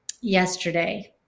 yesterday